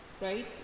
right